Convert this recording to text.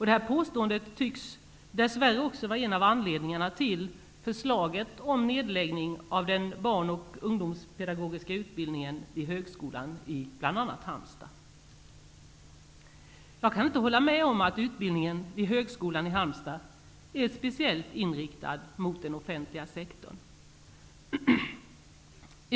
Detta påstående tycks dess värre också vara en av anledningarna till förslaget om nedläggning av den barn och ungdomspedagogiska utbildningen vid bl.a. högskolan i Halmstad. Jag kan inte hålla med om att utbildningen vid högskolan i Halmstad är speciellt inriktad mot den offentliga sektorn. Herr talman!